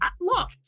look